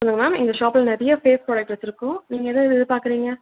சொல்லுங்கள் மேம் எங்கள் ஷாப்பில் நிறைய ஃபேஸ் ப்ராடெக்ட் வச்சுருக்கோம் நீங்கள் எதெது எதிர்பார்க்குறீங்க